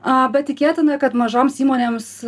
aaa bet tikėtina kad mažoms įmonėms